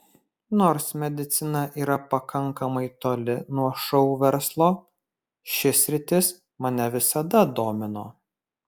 nors medicina yra pakankamai toli nuo šou verslo ši sritis mane visada domino